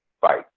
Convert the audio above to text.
fight